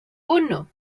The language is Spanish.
uno